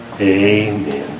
Amen